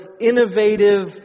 innovative